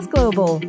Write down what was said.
Global